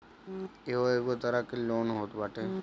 इहो एगो तरह के लोन होत बाटे